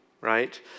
right